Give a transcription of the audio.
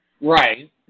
Right